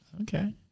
Okay